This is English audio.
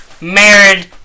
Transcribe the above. Married